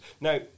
Now